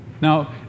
Now